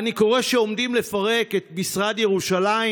ואני קורא שעומדים לפרק את משרד ירושלים